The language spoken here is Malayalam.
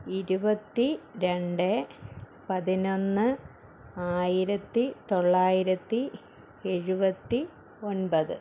ഇരുപത്തി രണ്ട് പതിനൊന്ന് ആയിരത്തിത്തൊള്ളായിരത്തി ഏഴുപത്തി ഒൻപത്